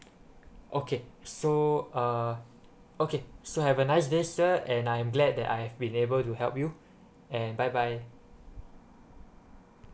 okay so uh okay so have a nice day sir and I am glad that I have been able to help you and byebye